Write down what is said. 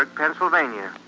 like pennsylvania.